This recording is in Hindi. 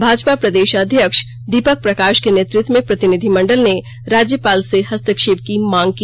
भाजपा प्रदेश अध्यक्ष दीपक प्रकाश के नेतृत्व में प्रतिनिधिमंडल ने राज्यपाल से हस्तक्षेप की मांग की